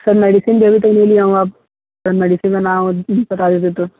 sir medicine भी अभी तक नहीं लिया हूँ आप सर मेडिसिन में ना हो ये भी बता देते तो